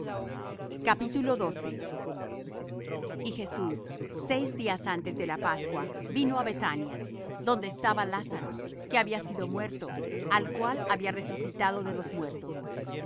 le prendiesen y jesus seis días antes de la pascua vino á bethania donde estaba lázaro que había sido muerto al cual había resucitado de los muertos